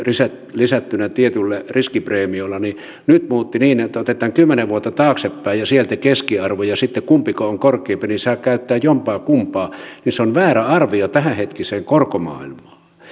lisättynä tietyillä riskipreemioilla nyt muutti sitä niin että otetaan kymmenen vuotta taaksepäin ja sieltä keskiarvo ja sitten sen mukaan kumpiko on korkeampi saa käyttää jompaakumpaa se on väärä arvio tämänhetkiseen korkomaailmaan